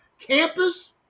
campus